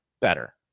better